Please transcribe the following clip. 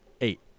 Eight